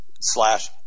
slash